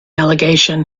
allegation